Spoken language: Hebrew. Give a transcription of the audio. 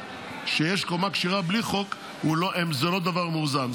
כשיש קומה כשרה בלי חוק, זה לא דבר מאוזן.